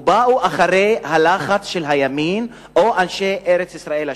ובאו אחרי הלחץ של הימין או אנשי ארץ-ישראל השלמה?